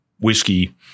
whiskey